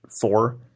Four